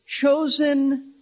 chosen